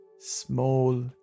Small